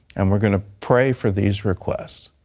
and we're going to pray for these requests.